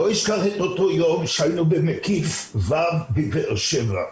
לא אשכח את אותו יום שהיינו במקיף ו' בבאר שבע.